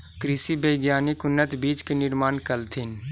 कृषि वैज्ञानिक उन्नत बीज के निर्माण कलथिन